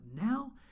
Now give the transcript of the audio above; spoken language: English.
now